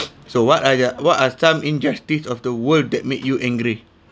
so what are your what are some injustice of the world that make you angry